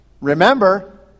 Remember